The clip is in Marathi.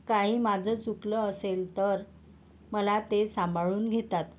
काही माझं चुकलं असेल तर मला ते सांभाळून घेतात